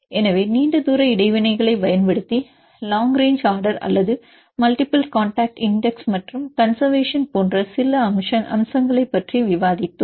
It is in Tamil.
எனவே நீண்ட தூர இடைவினைகளைப் பயன்படுத்தி லாங் ரேங்ச் ஆர்டர் அல்லது மல்டிபிள் காண்டாக்ட் இண்டெக்ஸ் மற்றும் கன்செர்வேசன் போன்ற சில அம்சங்களைப் பற்றி விவாதித்தோம்